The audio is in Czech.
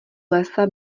lesa